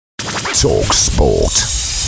Talksport